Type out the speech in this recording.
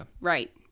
Right